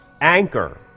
Anchor